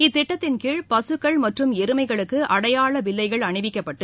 இத்திட்டத்தின்கீழ் பசுக்கள் மற்றும் எருமைகளுக்கு அடையாள வில்லைகள் அணிவிக்கப்பட்டு